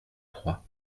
trois